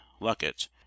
Luckett